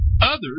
Others